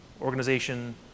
organization